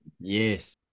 Yes